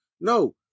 No